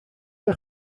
neu